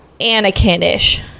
Anakin-ish